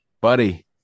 buddy